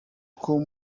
two